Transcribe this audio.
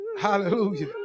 Hallelujah